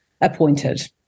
appointed